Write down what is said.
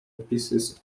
pieces